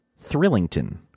Thrillington